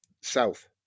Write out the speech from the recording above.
South